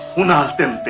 not